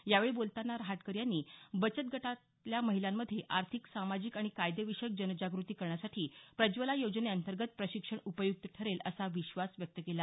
यावेळी बोलतांना रहाटकर यांनी बचत गटांतल्या महिलांमध्ये आर्थिक सामाजिक आणि कायदेविषयक जनजागृती करण्यासाठी प्रज्वला योजनेअंतर्गत प्रशिक्षण उपयुक्त ठरेल असा विश्वास व्यक्त केला